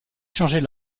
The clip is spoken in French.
changer